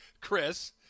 Chris